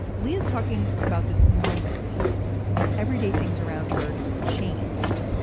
lee is talking about this moment when everyday things around her changed,